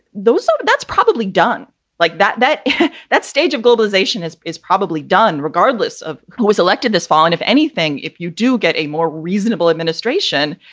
though, so that's probably done like that. that that stage of globalization is is probably done regardless of who was elected this fall. and if anything, if you do get a more reasonable administration,